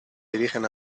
dirigen